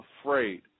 afraid